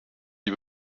die